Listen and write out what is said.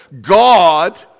God